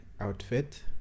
Outfit